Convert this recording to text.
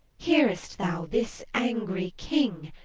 hearest thou this angry king?